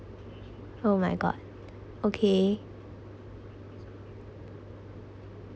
oh my god okay